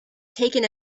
taken